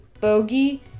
Bogey